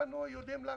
הם יודעים להגדיר.